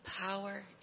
power